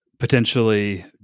Potentially